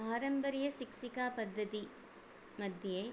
पारम्पर्यशिक्षिका पद्धतिः मध्ये